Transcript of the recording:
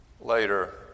later